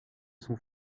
sont